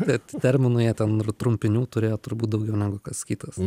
bet terminų jie ten ir trumpinių turėjo turbūt daugiau negu kas kitas